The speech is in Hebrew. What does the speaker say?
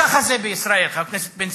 ככה זה בישראל, חבר הכנסת בן-סימון.